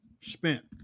spent